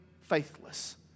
faithless